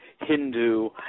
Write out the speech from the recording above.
Hindu